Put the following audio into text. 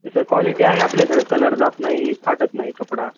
तसं क्वाॅलिटी आहे आपल्याकडं कलर जात नाही फाटत नाही कपडा